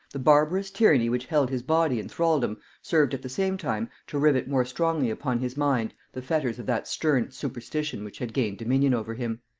the barbarous tyranny which held his body in thraldom, served at the same time to rivet more strongly upon his mind the fetters of that stern superstition which had gained dominion over him.